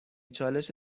چالش